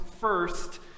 first